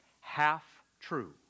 half-true